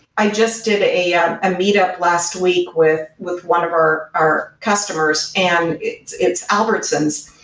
i just did a ah meet up last week with with one of our our customers, and it's it's albertsons,